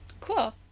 Cool